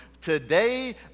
today